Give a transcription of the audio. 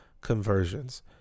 conversions